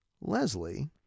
Leslie